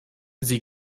sie